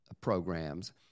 programs